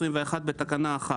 בתקנה 1